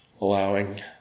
allowing